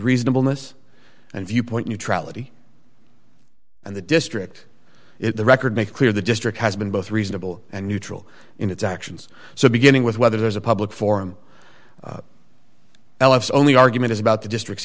reasonable miss and viewpoint neutrality and the district it the record make clear the district has been both reasonable and neutral in its actions so beginning with whether there's a public forum ellis only argument is about the district